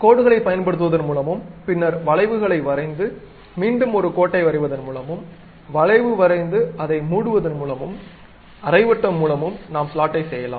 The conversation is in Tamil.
கோடுகளைப் பயன்படுத்துவதன் மூலமும் பின்னர் வளைவுகளை வரைந்து மீண்டும் ஒரு கோட்டை வரைவதன் மூலமும் வளைவு வரைந்து அதை மூடுவதன் மூலமும் அரை வட்டம் மூலமும் நாம் ஸ்லாட்டைச் செய்யலாம்